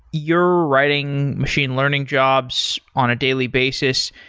you're writing machine learning jobs on a daily basis,